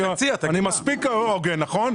אני מספיק הוגן, נכון?